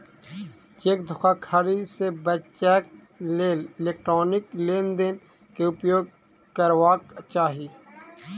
cheque धोखाधड़ी से बचैक लेल इलेक्ट्रॉनिक लेन देन के उपयोग करबाक चाही